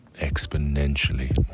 exponentially